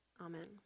Amen